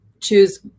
choose